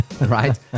right